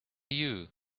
you